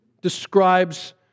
describes